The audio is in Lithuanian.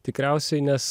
tikriausiai nes